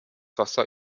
wasser